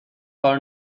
کار